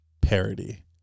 parody